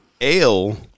ale